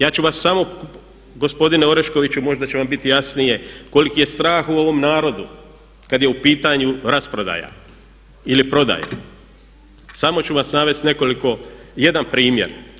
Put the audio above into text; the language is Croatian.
Ja ću vas samo, gospodine Oreškoviću možda će vam biti jasnije koliki je strah u ovom narodu kad je u pitanju rasprodaja ili prodaja, samo ću vas navesti nekoliko, jedan primjer.